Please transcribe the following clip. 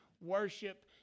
worship